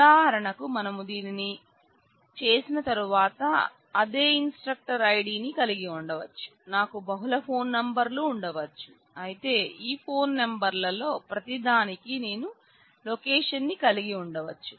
ఉదాహరణకు మనం దీనిని చేసిన తరువాత అదే ఇన్స్ట్రక్టర్ ఐడిని కలిగి ఉండవచ్చు నాకు బహుళ ఫోన్ నెంబర్లు ఉండవచ్చు అయితే ఈ ఫోన్ నెంబర్లలో ప్రతి దానికి నేను లొకేషన్ ని కలిగి ఉండవచ్చు